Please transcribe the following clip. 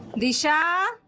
disha.